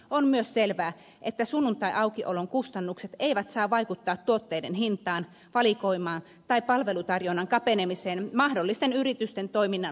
on myös selvää että sunnuntaiaukiolon kustannukset eivät saa vaikuttaa tuotteiden hintaan valikoimaan tai palvelutarjonnan kapenemiseen mahdollisten yritysten toiminnan lopettamisien myötä